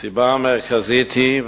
הסיבה המרכזית היא,